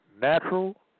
natural